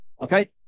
Okay